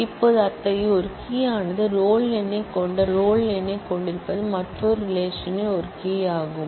இப்போது அத்தகைய ஒரு கீயானது ரோல் எண்ணைக் கொண்ட மற்றொரு ரிலேஷன்ன் ஒரு கீ ஆகும்